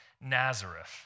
Nazareth